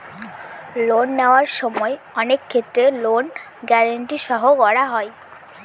loan নেওয়ার সময় অনেক ক্ষেত্রে লোন গ্যারান্টি সই করা হয়